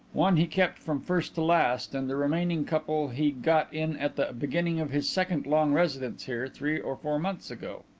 one he kept from first to last, and the remaining couple he got in at the beginning of his second long residence here, three or four months ago.